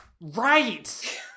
right